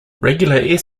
regular